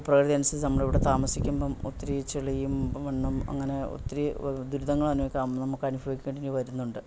ഭൂപ്രകൃതി അനുസരിച്ചു നമ്മൾ ഇവിടെ താമസിക്കുമ്പം ഒത്തിരി ചെളിയും മണ്ണും അങ്ങനെ ഒത്തിരി ദുരിതങ്ങൾ നമുക്ക് അനുഭവിക്കേണ്ടി വരുന്നുണ്ട്